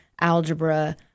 algebra